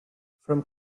from